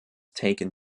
taken